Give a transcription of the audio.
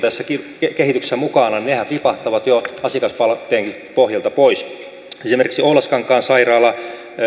tässä kehityksessä mukana tipahtavat jo asiakaspalautteenkin pohjalta pois esimerkiksi oulaskankaan sairaala